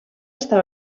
està